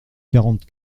quarante